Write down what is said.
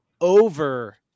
over